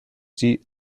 die